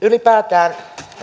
ylipäätään